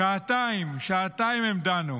שעתיים, שעתיים, הם דנו.